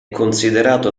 considerato